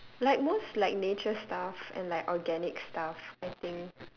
like most like nature stuff and like organic stuff I think